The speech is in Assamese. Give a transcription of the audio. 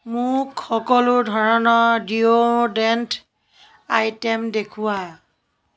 মোক সকলো ধৰণৰ ডিঅ'ড্ৰেণ্ট আইটে'ম দেখুওৱা